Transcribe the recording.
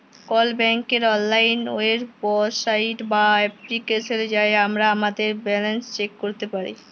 call ব্যাংকের অললাইল website বা এপ্লিকেশলে যাঁয়ে আমরা আমাদের ব্যাল্যাল্স চ্যাক ক্যইরতে পারি